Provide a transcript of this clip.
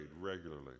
regularly